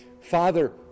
father